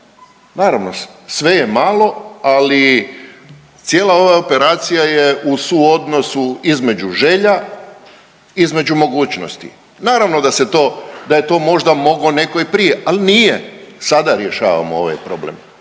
naravno sve je malo, ali cijela ova operacija je u suodnosu između želja između mogućnosti, naravno da je to možda mogao neko i prije, ali nije. Sada rješavamo ovaj problem,